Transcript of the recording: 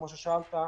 כמו ששאלת,